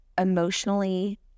emotionally